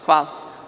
Hvala.